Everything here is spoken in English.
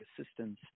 Assistance